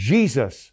Jesus